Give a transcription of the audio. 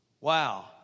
Wow